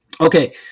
Okay